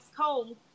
cold